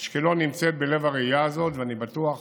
אשקלון נמצאת בלב הראייה הזאת, ואני בטוח